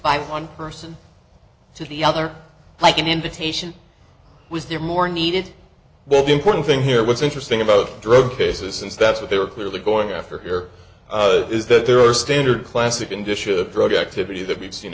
five one person to the other like an invitation was there more needed but the important thing here what's interesting about drug cases since that's what they were clearly going after here is that there are standard classic condition of drug activity that we've seen